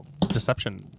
Deception